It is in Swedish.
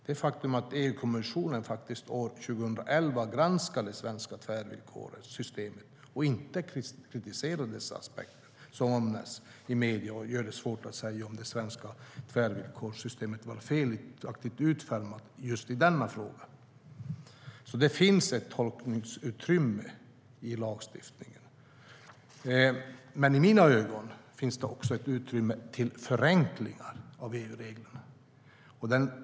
Det faktum att EU-kommissionen år 2011 granskade det svenska tvärvillkorsystemet och inte kritiserade de aspekter som omnämns i medierna gör det svårt att säga om det svenska tvärvillkorsystemet var felaktigt utformat i just denna fråga. Det finns alltså ett tolkningsutrymme i lagstiftningen. I mina ögon finns det också ett utrymme för förenklingar av EU-reglerna.